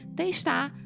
testar